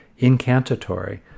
incantatory